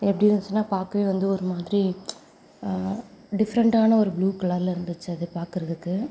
எப்படி இருந்துச்சின்னா பார்க்கவே வந்து ஒரு மாதிரி டிஃப்ரெண்ட்டான ஒரு ப்ளூ கலர்ல இருந்துச்சு அது பார்க்குறதுக்கு